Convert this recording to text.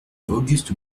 auguste